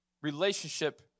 Relationship